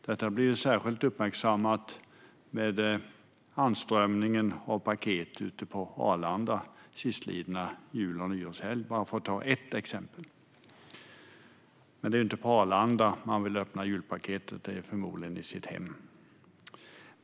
Detta blev särskilt uppmärksammat i och med inströmningen av paket till Arlanda sistlidna jul och nyårshelg, för att ta bara ett exempel. Det är ju inte på Arlanda man vill öppna julpaketet; det är förmodligen i sitt hem.